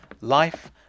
Life